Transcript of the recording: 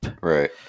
right